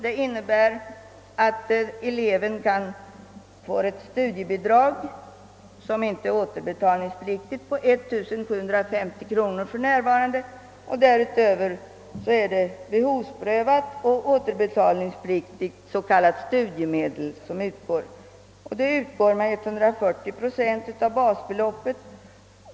Det innebär att eleven får ett studiebidrag av 1750 kronor per år som inte är återbetalningspliktigt. Därutöver utgår behovsprövade och återbetalningspliktiga studiemedel. De utgår med 140 procent av basbeloppet inom den allmänna försäkringen.